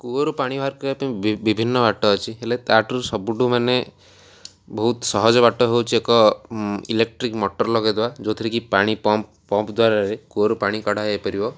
କୂଅରୁ ପାଣି ବାହାର କରିବା ପାଇଁ ବିଭିନ୍ନ ବାଟ ଅଛି ହେଲେ ତାଠୁ ସବୁଠୁ ମାନେ ବହୁତ ସହଜ ବାଟ ହେଉଛି ଏକ ଇଲେକ୍ଟ୍ରିକ୍ ମଟର ଲଗାଇଦବା ଯେଉଁଥିରେକି ପାଣି ପମ୍ପ ପମ୍ପ ଦ୍ଵାରାରେ କୂଅରୁ ପାଣି କଢ଼ା ହେଇପାରିବ